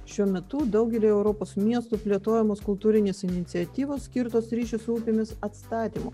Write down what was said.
šiuo metu daugelyje europos miestų plėtojamos kultūrinės iniciatyvos skirtos ryšiui su upėmis atstatymui